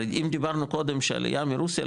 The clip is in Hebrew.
הרי אם דיברנו קודם שעלייה מרוסיה,